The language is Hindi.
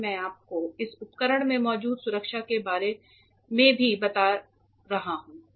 मैं आपसे इस उपकरण में मौजूद सुरक्षा के बारे में भी बात करूंगा